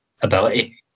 ability